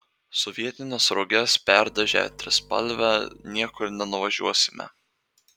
sovietines roges perdažę trispalve niekur nenuvažiuosime